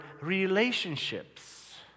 relationships